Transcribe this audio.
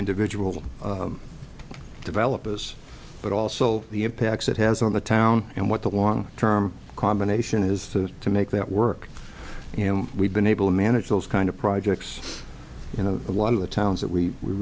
individual developers but also the impacts it has on the town and what the long term combination is to to make that work you know we've been able to manage those kind of projects you know a lot of the towns that we